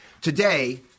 Today